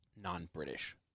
non-British